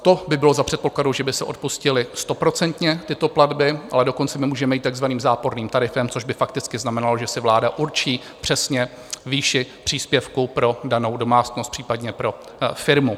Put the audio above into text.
To by bylo za předpokladu, že by se odpustily stoprocentně tyto platby, ale dokonce my můžeme jít takzvaným záporným tarifem, což by fakticky znamenalo, že si vláda určí přesně výši příspěvku pro danou domácnost, případně pro firmu.